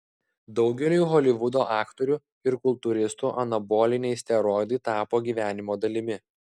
daugeliui holivudo aktorių ir kultūristų anaboliniai steroidai tapo gyvenimo dalimi